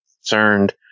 concerned